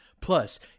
Plus